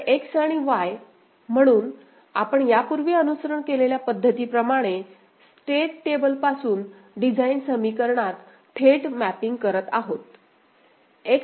तर X आणि Y म्हणून आपण यापूर्वी अनुसरण केलेल्या पद्धतीप्रमाणे स्टेट टेबलपासून डिझाइन समीकरणात थेट मॅपिंग करत आहोत